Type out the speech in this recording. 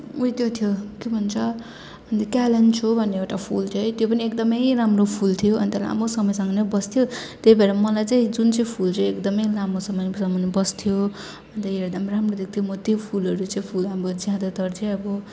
ऊ त्यो थियो के भन्छ अन्त क्यालेन्चो भन्ने एउटा फुल थियो है त्यो पनि एकदमै राम्रो फुल्थ्यो अन्त लामो समयसम्म नै बस्थ्यो त्यही भएर मलाई चाहिँ जुन चाहिँ फुल चाहिँ एकदमै लामो समयसम्म बस्थ्यो अन्त हेर्दा एकदम राम्रो देख्थ्यो म त्यो फुलहरू चाहिँ फुल हाम्रो ज्यादातर चाहिँ अब